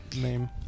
name